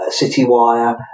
CityWire